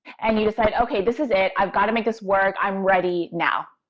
and you decide, okay, this is it. i've got to make this work. i'm ready now.